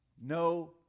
No